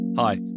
Hi